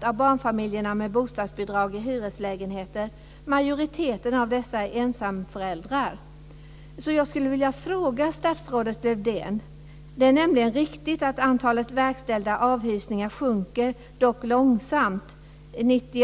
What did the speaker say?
% av barnfamiljerna med bostadsbidrag i hyreslägenheter. Majoriteten av dessa är ensamföräldrar. Jag skulle vilja ställa en fråga till statsrådet Lövdén. Det är riktigt att antalet verkställda avhysningar sjunker. Det sker dock långsamt.